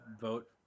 vote